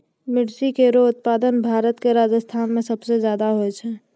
मिर्ची केरो उत्पादन भारत क राजस्थान म सबसे जादा होय छै